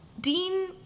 Dean